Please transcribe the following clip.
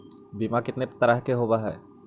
बीमा कितना तरह के होव हइ?